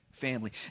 family